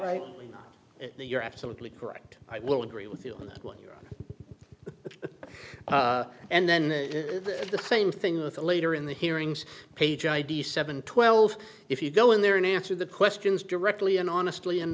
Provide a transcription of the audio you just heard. right you're absolutely correct i will agree with you on that one and then the same thing with the later in the hearings page id seven twelve if you go in there and answer the questions directly and honestly